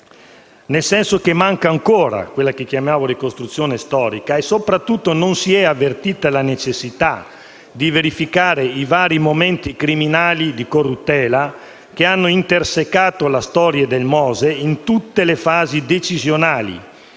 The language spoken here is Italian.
nel senso che manca ancora quella che chiamiamo ricostruzione storica e, soprattutto, non si è avvertita la necessità di verificare i vari momenti criminali di corruttela che hanno intersecato la storia del MOSE in tutte le fasi decisionali,